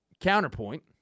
counterpoint